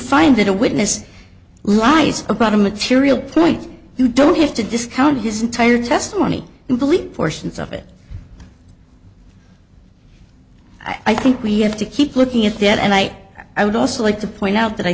find that a witness lies about a material point you don't have to discount his entire testimony to believe portions of it i think we have to keep looking at that and i i would also like to point out that i